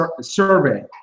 survey